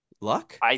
Luck